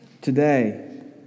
Today